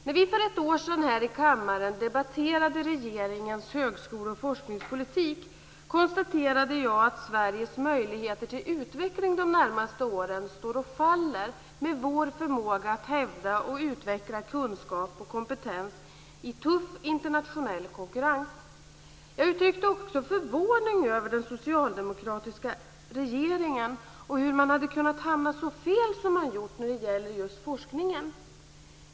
När vi för ett år sedan här i kammaren debatterade regeringens högskole och forskningspolitik konstaterade jag att Sveriges möjligheter till utveckling de närmaste åren står och faller med vår förmåga att hävda och utveckla kunskap och kompetens i tuff internationell konkurrens. Jag uttryckte också förvåning över den socialdemokratiska regeringen och hur man hade kunnat hamna så fel som man gjort när det gäller just forskningen.